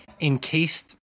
encased